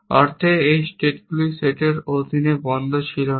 অর্থে এটি স্টেটগুলির সেটের অধীনে বন্ধ ছিল না